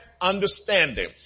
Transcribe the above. understanding